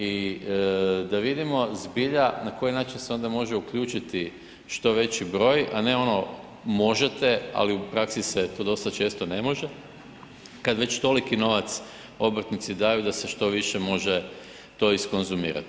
I da vidimo zbilja na koji način se onda može uključiti što veći broj, a ne ono možete, ali u praksi se to dosta često ne može, kad već toliki novac obrtnici daju da se što više to može iskonzumirati.